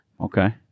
Okay